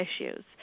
issues